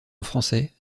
français